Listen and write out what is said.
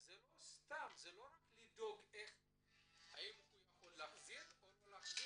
זה לא רק לדאוג האם הוא יכול להחזיר או לא,